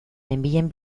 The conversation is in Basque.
nenbilen